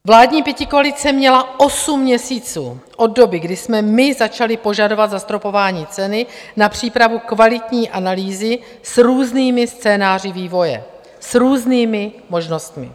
Vládní pětikoalice měla osm měsíců od doby, kdy jsme my začali požadovat zastropování ceny, na přípravu kvalitní analýzy s různými scénáři vývoje, s různými možnostmi.